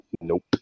nope